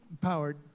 powered